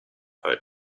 her